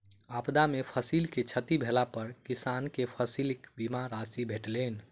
आपदा में फसिल के क्षति भेला पर किसान के फसिल बीमा के राशि भेटलैन